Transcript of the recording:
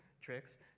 tricks